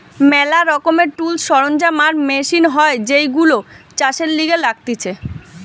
ম্যালা রকমের টুলস, সরঞ্জাম আর মেশিন হয় যেইগুলো চাষের লিগে লাগতিছে